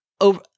over